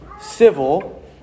civil